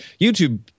YouTube